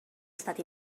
estat